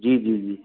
जी जी जी